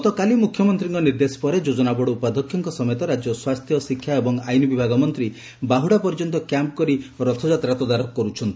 ଗତକାଲି ମୁଖ୍ୟମନ୍ତୀଙ୍କ ନିର୍ଦ୍ଦେଶ ପରେ ଯୋଜନା ବୋର୍ଡ ଉପାଧ୍ଧକ୍ଷଙ୍କ ସମେତ ରାଜ୍ୟ ସ୍ୱାସ୍ଥ୍ୟ ଶିକ୍ଷା ଏବଂ ଆଇନ ବିଭାଗ ମନ୍ତୀ ବାହୁଡ଼ା ପର୍ଯ୍ୟନ୍ତ କ୍ୟାମ୍ପ କରି ରଥଯାତ୍ରା ତଦାରଖ କରୁଛନ୍ତି